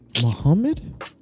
Muhammad